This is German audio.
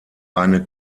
eine